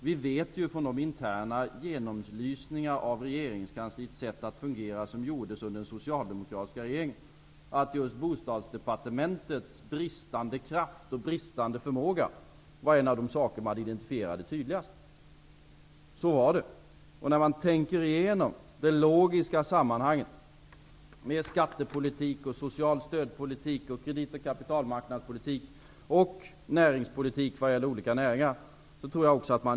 Vi vet från de interna genomlysningar av regeringskansliets sätt att fungera som gjordes under den socialdemokratiska regeringen att just Bostadsdepartementets bristande förmåga var en av de saker man identifierade tydligast. Jag tror att man inser detta om man tänker igenom de logiska sammanhangen när det gäller skattepolitik, social stödpolitik, kredit och kapitalmarknadspolitik och näringspolitik vad gäller olika näringar.